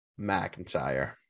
McIntyre